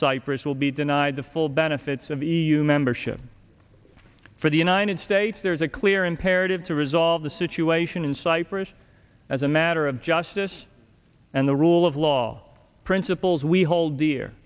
cyprus will be denied the full benefits of the e u membership for the united states there is a clear imperative to resolve the situation in cyprus as a matter of justice and the rule of law principles we hold dear